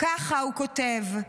ככה הוא כותב: